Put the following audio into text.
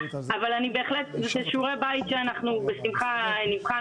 אבל זה בהחלט שיעורי בית שאנחנו בשמחה נבחן.